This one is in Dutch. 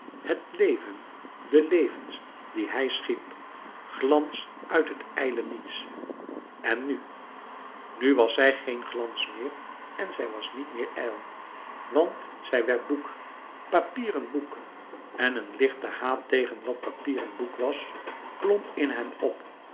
het leven de levens die hij schiep glans uit het ijle niets en nu nu was zij geen glans meer en zij was niet meer ijl want zij werd boek papieren boek en een lichte haat tegen wat papieren boek was klom in hem op